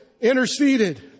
interceded